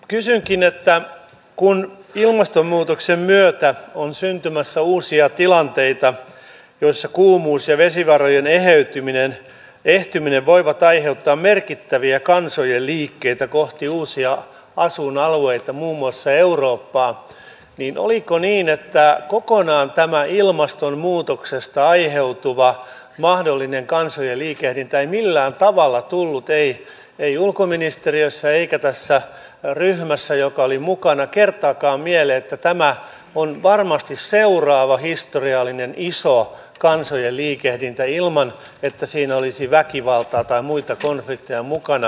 kysynkin että kun ilmastonmuutoksen myötä on syntymässä uusia tilanteita joissa kuumuus ja vesivarojen ehtyminen voivat aiheuttaa merkittäviä kansojen liikkeitä kohti uusia asuinalueita muun muassa eurooppaan niin oliko niin että kokonaan tämä ilmastonmuutoksesta aiheutuva mahdollinen kansojen liikehdintä ei millään tavalla tullut ei ulkoministeriössä eikä tässä ryhmässä joka oli mukana kertaakaan mieleen että tämä on varmasti seuraava historiallinen iso kansojen liikehdintä ilman että siinä olisi väkivaltaa tai muita konflikteja mukana